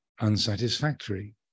unsatisfactory